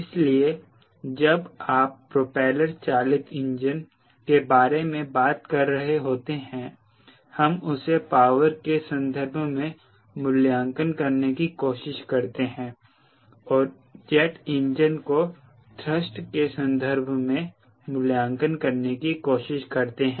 इसलिए जब भी आप प्रोपेलर चालित इंजन के बारे में बात कर रहे होते हैं हम उसे पावर के संदर्भ में मूल्यांकन करने की कोशिश करते हैं और जेट इंजन को थ्रस्ट के संदर्भ में मूल्यांकन करने की कोशिश करते हैं